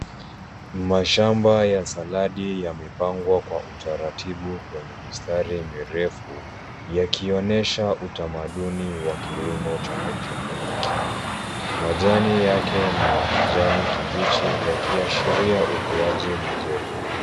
Mashamba ya saladi yamepangwa kwa utaratibu kwenye mistari mirefu yakionyesha utamaduni wa kilimo cha haidroponiki. Majani yake ni ya kijani kibichi yakiashiria ukuaji mzuri.